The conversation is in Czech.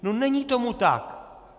No není tomu tak.